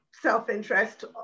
self-interest